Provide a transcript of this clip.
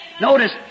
Notice